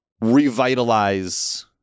revitalize